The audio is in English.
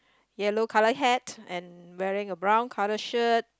yellow colour hat and wearing a brown colour shirt